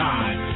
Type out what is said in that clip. Time